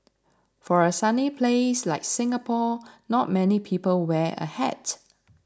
for a sunny place like Singapore not many people wear a hat